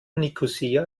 nikosia